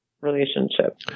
relationship